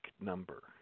number